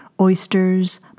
oysters